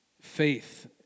Faith